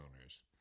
owners